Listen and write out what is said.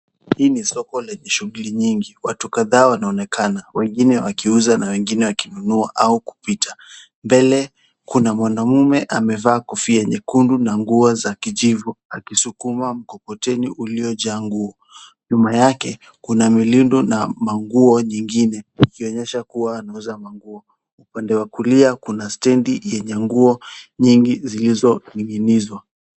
Hii ni soko lenye shughuli nyingi watu kadhaa wanaonekana wangine wakiuza na wengine wakinunua au kupita, mbele kuna mwanamume amevaa kofia nyekundu na nguo za kijivu akisukuma mkokoteni uliojaa nguo, nyuma yake milundu na manguo nyingine, ikionyesha kuwa anauuza manguo. Upande wa kulia kuna stendi yenye nguo nyingi zilizoningi'nizwa.